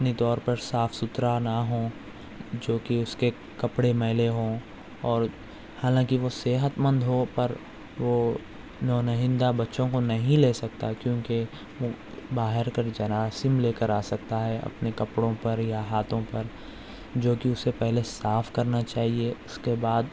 اپنے طور پر صاف سُتھرا نہ ہو جو کہ اُس کے کپڑے میلے ہوں اور حالانکہ وہ صحت مند ہو پر وہ نونہندہ بچوں کو نہیں لے سکتا کیوں کہ باہر کا بھی جراثیم لے کر آ سکتا ہے اپنے کپڑوں پر یا ہاتھوں پر جو کہ اُسے پہلے صاف کرنا چاہیے اُس کے بعد